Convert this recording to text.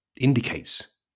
indicates